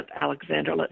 Alexander